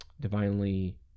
divinely